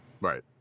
Right